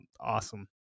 awesome